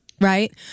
right